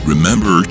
Remember